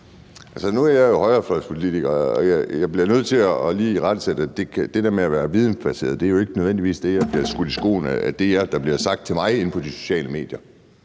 nu er jeg jo højrefløjspolitiker, og jeg bliver nødt til lige at irettesætte. Det der med at være vidensbaseret er ikke nødvendigvis det, jeg bliver skudt i skoene, altså at det er det, som bliver sagt til mig inde på de sociale medier